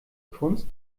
kunst